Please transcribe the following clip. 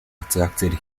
attracted